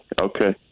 Okay